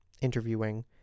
interviewing